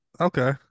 okay